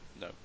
no